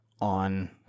on